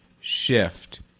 shift